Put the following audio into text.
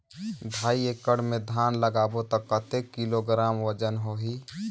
ढाई एकड़ मे धान लगाबो त कतेक किलोग्राम वजन होही?